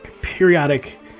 periodic